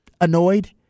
annoyed